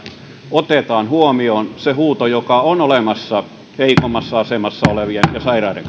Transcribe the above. otetaan huomioon se huuto joka on olemassa heikommassa asemassa olevien ja sairaiden